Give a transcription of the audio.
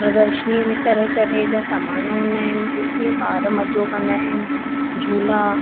प्रदर्शनीअ में तरह तरह जा सामान हूंदा आहिनि जे कीअं ॿार मज़ो कंदा आहिनि